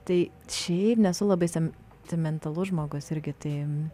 tai šiaip nesu labai sentimentalus žmogus irgi tai